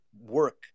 work